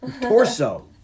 Torso